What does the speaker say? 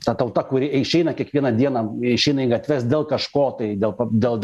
ta tauta kuri išeina kiekvieną dieną išeina į gatves dėl kažko tai dėl dėl